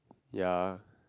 ya